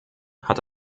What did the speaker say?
hat